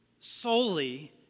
solely